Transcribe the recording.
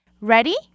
Ready